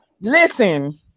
Listen